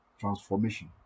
transformation